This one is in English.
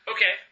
Okay